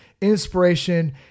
inspiration